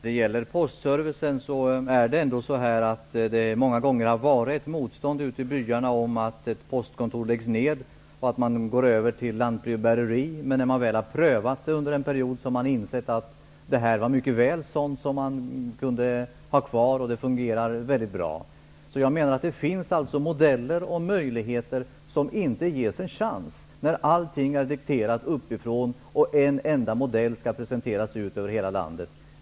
Herr talman! När det gäller postservicen har det många gånger funnits motstånd ute i byarna mot att ett postkontor skall läggas ner och att man skall övergå till lantbrevbäreri. När man väl har prövat det under en period har man insett att det är ett system som fungerar mycket bra och att man mycket väl kan ha kvar det. Det finns således modeller och möjligheter som inte ges en chans när allt är dikterat uppifrån och en enda modell skall presenteras över hela landet.